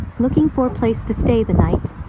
looking for a place to stay the night,